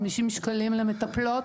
50 שקלים למטפלות.